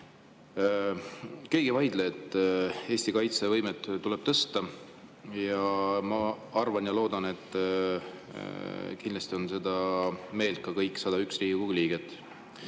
ei vaidle, et Eesti kaitsevõimet tuleb tõsta, ja ma arvan ja loodan, et kindlasti on seda meelt ka kõik 101 Riigikogu liiget.